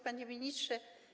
Panie Ministrze!